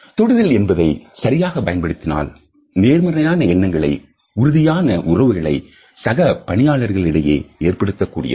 தொடுதல் என்பதை சரியாக பயன்படுத்தினால் நேர்மறை எண்ணங்களையும் உறுதியான உறவுகளையும் சக பணியாளர்களிடையே ஏற்படுத்தக்கூடியது